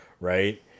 right